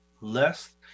Less